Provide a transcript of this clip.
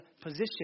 position